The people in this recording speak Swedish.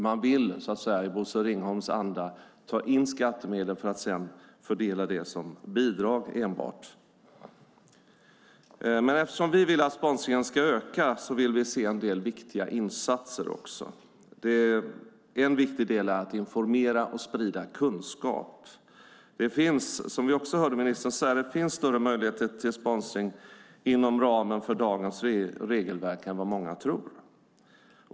Man vill i Bosse Ringholms anda ta in skattemedel för att sedan fördela dem enbart som bidrag. Eftersom vi vill att sponsringen ska öka vill vi se en del viktiga insatser. En viktig del är att informera och sprida kunskap. Det finns, som vi också hörde ministern säga, större möjligheter till sponsring inom ramen för dagens regelverk än vad många tror.